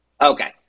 Okay